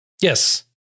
Yes